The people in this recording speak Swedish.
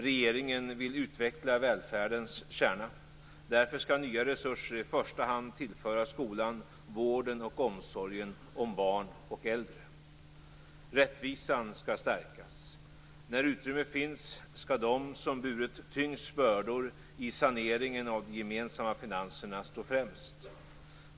Regeringen vill utveckla välfärdens kärna. Därför skall nya resurser i första hand tillföras skolan, vården och omsorgen om barn och äldre. Rättvisan skall stärkas. När utrymme finns skall de som har burit tyngst bördor i saneringen av de gemensamma finanserna stå främst.